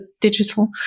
digital